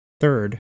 Third